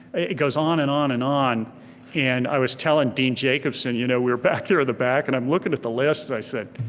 it goes on and on and on and i was telling dean jacobsen, you know we were back there in the back and i'm looking at the list, i said,